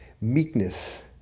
meekness